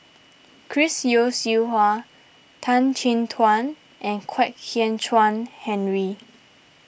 Chris Yeo Siew Hua Tan Chin Tuan and Kwek Hian Chuan Henry